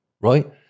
Right